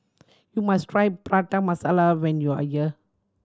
you must try Prata Masala when you are here